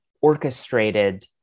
orchestrated